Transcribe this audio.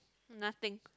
nothing